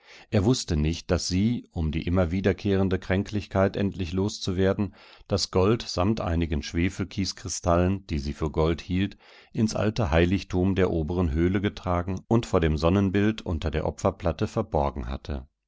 er wußte nicht daß sie um die immer wiederkehrende kränklichkeit endlich loszuwerden das gold samt einigen schwefelkieskristallen die sie für gold hielt ins alte heiligtum der oberen höhle getragen und vor dem sonnenbild unter der opferplatte verborgen hatte